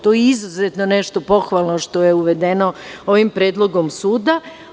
To je izuzetno nešto pohvalno što je uvedeno ovim predlogom suda.